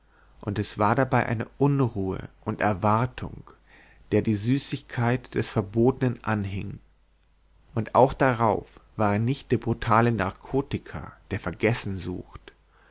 und es war dabei eine unruhe und erwartung der die süßigkeit des verbotenen anhing und auch darauf war er nicht der brutale narkotiker der vergessen sucht